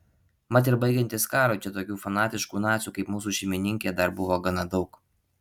mat ir baigiantis karui čia tokių fanatiškų nacių kaip mūsų šeimininkė dar buvo gana daug